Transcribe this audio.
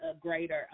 greater